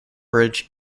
bridge